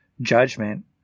judgment